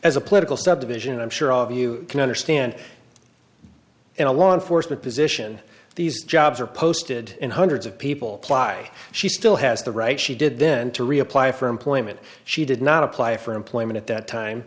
as a political subdivision i'm sure all of you can understand in a law enforcement position these jobs are posted in hundreds of people ply she still has the right she did then to reapply for employment she did not apply for employment at that time